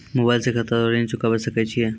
Mobile से खाता द्वारा ऋण चुकाबै सकय छियै?